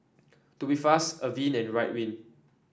Tubifast Avene and Ridwind